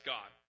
God